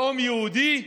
לאום יהודי,